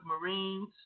Marines